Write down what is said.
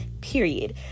Period